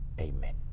Amen